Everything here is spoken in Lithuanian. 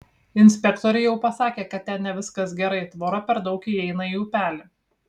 inspektoriai jau pasakė kad ten ne viskas gerai tvora per daug įeina į upelį